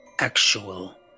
actual